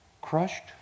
Crushed